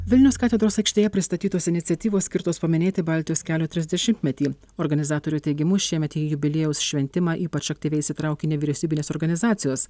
vilnius katedros aikštėje pristatytos iniciatyvos skirtos paminėti baltijos kelio trisdešimtmetį organizatorių teigimu šiemet į jubiliejaus šventimą ypač aktyviai įsitraukė nevyriausybinės organizacijos